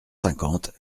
cinquante